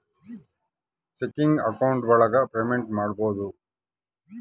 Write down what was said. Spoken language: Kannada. ಚೆಕಿಂಗ್ ಅಕೌಂಟ್ ಒಳಗ ಪೇಮೆಂಟ್ ಮಾಡ್ಬೋದು